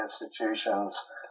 institutions